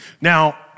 Now